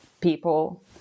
people